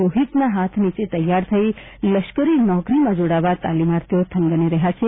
રોહીતના હાથ નીચે તૈયાર થઇ લશ્કરી નોકરીમાં જોડાવા તાલીમાર્થી થનગની રહ્યાં છે